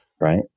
right